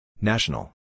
National